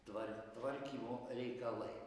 tvar tvarkymo reikalai